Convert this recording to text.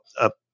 up